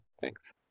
thanks